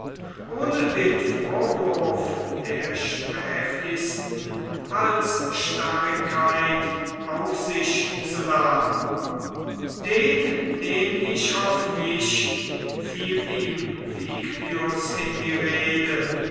ohne den vorwurf der sträflichsten halsstarrigkeit auf sich zu laden den nehm ich auf mich fiel ihm viglius in die rede